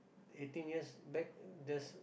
eighteen years back years